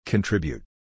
Contribute